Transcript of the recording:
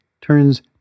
turns